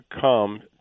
come